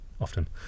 often